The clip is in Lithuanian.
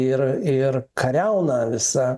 ir ir kariauna visa